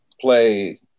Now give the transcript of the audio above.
play